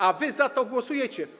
A wy za to głosujecie.